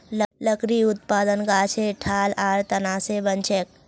लकड़ी उत्पादन गाछेर ठाल आर तना स बनछेक